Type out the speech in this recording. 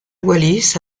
wallis